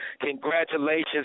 congratulations